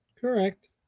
Correct